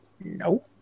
No